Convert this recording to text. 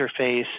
interface